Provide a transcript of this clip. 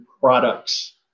products